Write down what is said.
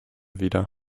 wieder